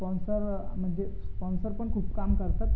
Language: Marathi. स्पॉन्सर म्हणजे स्पॉन्सर पण खूप काम करतात